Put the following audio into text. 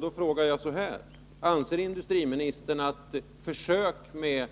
Då frågar jag: Anser industriministern att ett försök med